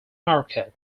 market